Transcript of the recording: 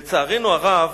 לצערנו הרב